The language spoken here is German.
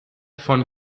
von